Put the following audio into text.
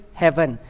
heaven